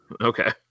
Okay